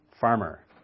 farmer